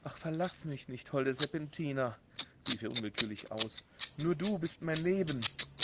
ach verlaß mich nicht holde serpentina rief er unwillkürlich aus nur du bist mein leben